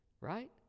right